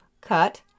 cut